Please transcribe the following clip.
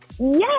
Yes